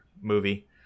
movie